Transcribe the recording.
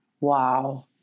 Wow